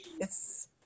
Yes